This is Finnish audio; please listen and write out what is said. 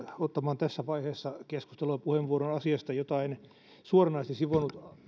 ottamaan tässä vaiheessa keskustelua puheenvuoron asiasta jota en suoranaisesti sivunnut